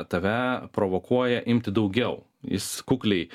tave provokuoja imti daugiau jis kukliai